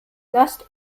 lasst